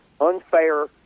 unfair